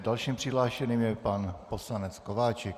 Dalším přihlášeným je pan poslanec Kováčik.